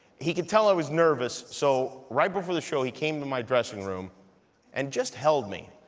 he could tell i was nervous, so right before the show he came to my dressing room and just held me.